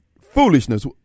foolishness